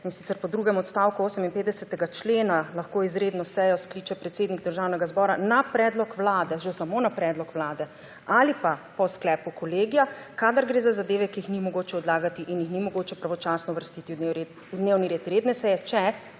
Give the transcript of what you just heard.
in sicer po drugem odstavku 58. člena lahko izredno sejo skliče predsednik državnega zbora na predlog vlade, že samo na predlog vlade ali pa po sklepu kolegija, kadar gre za zadeve, ki jih ni mogoče odlagati in jih ni mogoče pravočasno uvrstiti na dnevni red redne seje, če,